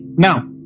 Now